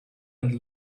and